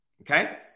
Okay